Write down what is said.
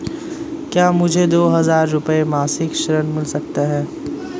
क्या मुझे दो हज़ार रुपये मासिक ऋण मिल सकता है?